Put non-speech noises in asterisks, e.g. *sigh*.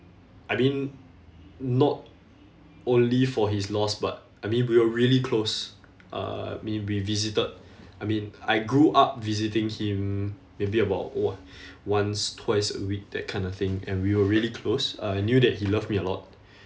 I mean not only for his loss but I mean we were really close uh mean we've visited I mean I grew up visiting him maybe about o~ *breath* once twice a week that kind of thing and we were really close I knew that he loved me a lot